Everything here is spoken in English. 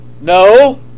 No